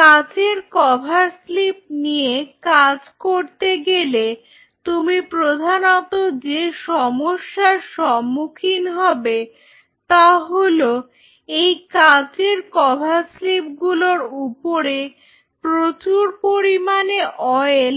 কাঁচের cover slip নিয়ে কাজ করতে গিয়ে তুমি প্রধানত যে সমস্যার সম্মুখীন হবে তা হল এই কাঁচের কভার স্লিপ গুলোর উপর প্রচুর পরিমাণে অয়েল